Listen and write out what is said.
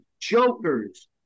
jokers